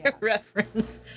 reference